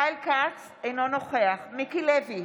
בעד ישראל כץ, אינו נוכח מיקי לוי,